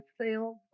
sales